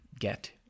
get